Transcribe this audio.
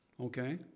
okay